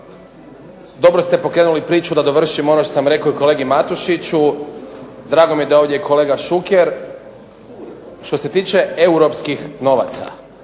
dobro ste pokrenuli priču da dovršim ono što sam rekao i kolegi Matušiću, drago mi je da je ovdje i kolega Šuker. Što se tiče europskih novaca,